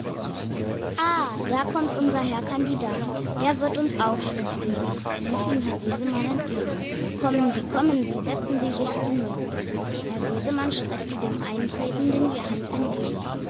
ah da kommt unser herr kandidat der wird uns aufschluss geben rief ihm herr sesemann entgegen kommen sie kommen sie setzen sie sich zu mir herr sesemann streckte dem eintretenden die hand entgegen